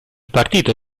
partito